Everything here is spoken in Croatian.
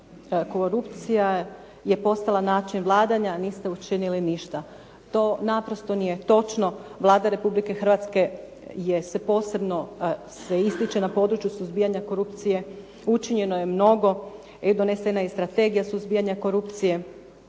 korupcija je postala način vladanja a niste učinili ništa, to naprosto nije točno, Vlada Republike Hrvatske se posebno ističe na području suzbijanja korupcije, učinjeno je mnogo i donesena je strategija suzbijanja korupcije